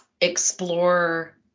explore